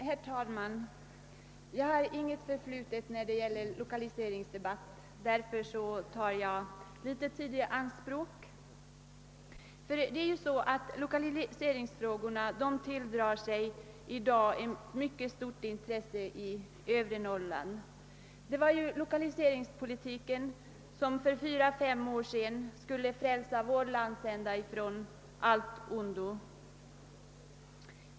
Herr talman! Jag har inget förflutet när det gäller lokaliseringsdebatt, och därför tar jag litet tid i anspråk. Lokaliseringsfrågorna tilldrar sig i dag ett mycket stort intresse i övre Norrland. Det var ju lokaliseringspolitiken som för fyra, fem år sedan skulle frälsa vår landsända från allt ont.